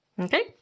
okay